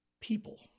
people